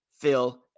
Phil